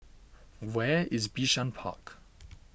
where is Bishan Park